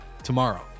tomorrow